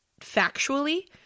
factually